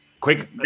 Quick